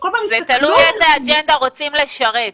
צופית, תלוי איזו אג'נדה רוצים לשרת.